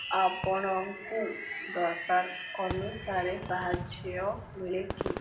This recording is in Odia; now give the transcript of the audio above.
ଆପଣଙ୍କୁ ଦରକାର ଅନୁସାରେ ସାହାଯ୍ୟ ମିଳେ କି